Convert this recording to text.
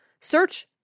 Search